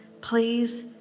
please